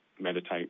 meditate